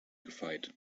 gefeit